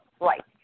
right